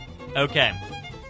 Okay